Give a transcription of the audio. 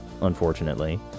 unfortunately